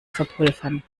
verpulvern